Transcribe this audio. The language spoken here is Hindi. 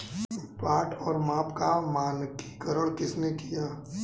बाट और माप का मानकीकरण किसने किया?